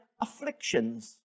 afflictions